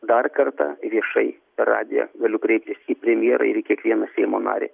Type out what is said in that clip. dar kartą viešai per radiją galiu kreiptis į premjerą ir kiekvieną seimo narį